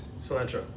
Cilantro